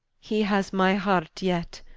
he ha's my heart yet,